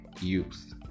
Youth